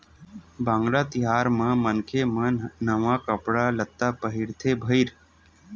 वांगला तिहार म मनखे मन नवा कपड़ा लत्ता पहिरथे भईर